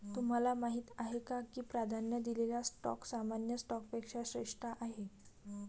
तुम्हाला माहीत आहे का की प्राधान्य दिलेला स्टॉक सामान्य स्टॉकपेक्षा श्रेष्ठ आहे?